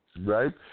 Right